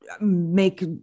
make